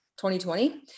2020